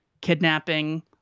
kidnapping